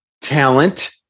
talent